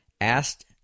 asked